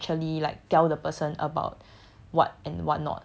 is how well you actually like tell the person about